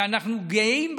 שאנחנו גאים בהם,